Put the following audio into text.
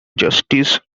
justice